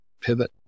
pivot